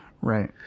right